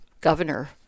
governor